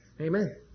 Amen